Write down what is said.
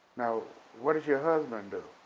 now what does your husband do?